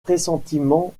pressentiments